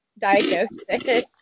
diagnosis